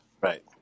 Right